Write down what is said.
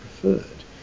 preferred